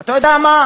אתה יודע מה?